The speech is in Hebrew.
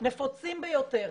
נפוצים ביותר.